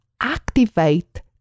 activate